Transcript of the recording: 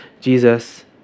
Jesus